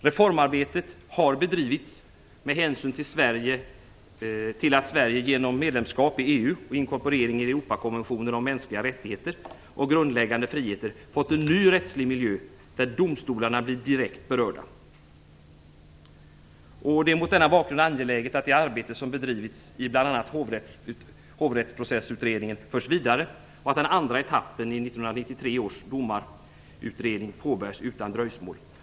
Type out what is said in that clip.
Reformarbetet har bedrivits med hänsyn till att Europakonventionen om mänskliga rättigheter och grundläggande friheter fått en ny rättslig miljö där domstolarna blir direkt berörda. Det är mot denna bakgrund angeläget att det arbete som bedrivits i bl.a. Hovrättsprocessutredningen förs vidare, och att den andra etappen i 1993 års domarutredning påbörjas utan dröjsmål.